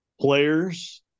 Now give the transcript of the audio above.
players